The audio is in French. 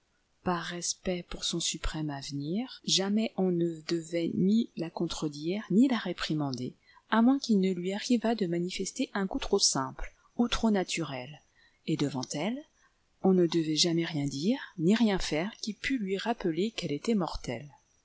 par respect pour son suprême avenir jamais on ne devait ni la contredire ni la réprimander à moins qu'il ne lui arrivât de manifester un goût trop simple ou trop naturel et devant elle on ne devait jamais rien dire ni rien faire qui pût lui rappeler qu'elle était mortelle